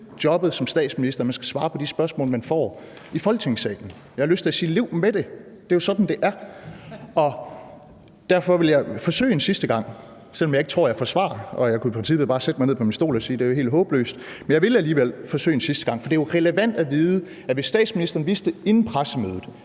jobbet som statsminister, at man skal svare på de spørgsmål, man får i Folketingssalen. Jeg har lyst til at sige: Lev med det, det er jo sådan, det er. Derfor vil jeg forsøge en sidste gang, selv om jeg ikke tror, jeg får svar, og jeg kunne i princippet bare sætte mig ned på min stol og sige, at det jo er helt håbløst. Men jeg vil alligevel forsøge en sidste gang, for det er jo relevant at vide, om statsministeren inden pressemødet